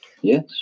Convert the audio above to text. Yes